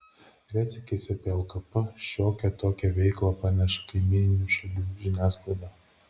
retsykiais apie lkp šiokią tokią veiklą praneša kaimyninių šalių žiniasklaida